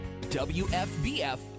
WFBF